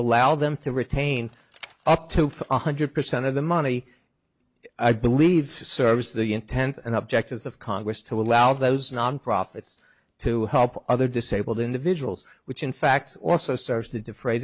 allow them to retain up to four hundred percent of the money i believe serves the intent and objectives of congress to allow those non profits to help other disabled individuals which in fact also serves to defray